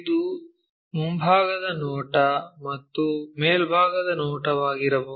ಇದು ಮುಂಭಾಗದ ನೋಟ ಮತ್ತು ಮೇಲ್ಭಾಗದ ನೋಟವಾಗಿರಬಹುದು